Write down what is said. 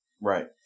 Right